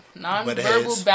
Non-verbal